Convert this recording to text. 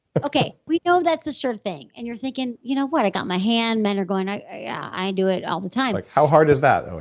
but okay. we know that's a sure thing. and you're thinking, you know what? i got my hand, men are going, i i do it all the time how hard is that? oh